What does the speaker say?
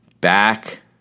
Back